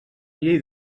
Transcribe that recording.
llei